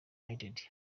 united